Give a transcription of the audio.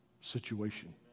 situation